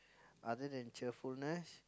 other than cheerfulness